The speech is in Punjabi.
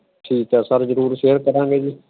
ਠੀਕ ਹੈ ਸਰ ਜ਼ਰੂਰ ਸ਼ੇਅਰ ਕਰਾਂਗੇ ਜੀ